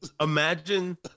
Imagine